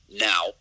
now